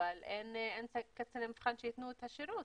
אבל אין קציני מבחן שייתנו את השירות,